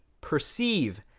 perceive